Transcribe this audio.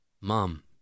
Mom